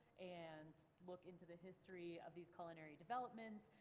and look into the history of these culinary developments,